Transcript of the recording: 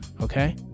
Okay